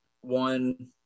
one